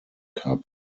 cup